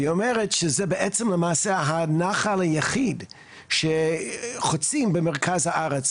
והיא אומרת שזה בעצם למעשה הנחל היחיד שחוצים במרכז הארץ.